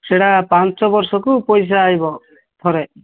ସେଇଟା ପାଞ୍ଚ ବର୍ଷକୁ ପଇସା ଆସିବ ଥରେ